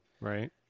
Right